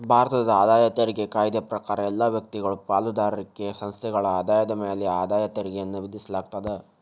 ಭಾರತದ ಆದಾಯ ತೆರಿಗೆ ಕಾಯ್ದೆ ಪ್ರಕಾರ ಎಲ್ಲಾ ವ್ಯಕ್ತಿಗಳು ಪಾಲುದಾರಿಕೆ ಸಂಸ್ಥೆಗಳ ಆದಾಯದ ಮ್ಯಾಲೆ ಆದಾಯ ತೆರಿಗೆಯನ್ನ ವಿಧಿಸಲಾಗ್ತದ